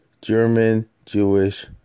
German-Jewish